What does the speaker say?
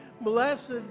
blessed